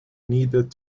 needed